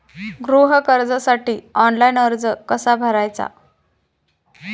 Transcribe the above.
गृह कर्जासाठी ऑनलाइन अर्ज कसा भरायचा?